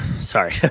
sorry